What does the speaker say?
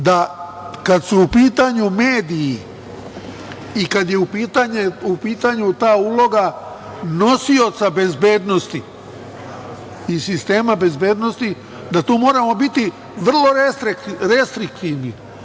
da kada su u pitanju mediji i kada je u pitanju ta uloga nosioca bezbednosti i sistema bezbednosti, da tu moramo biti vrlo restriktivni.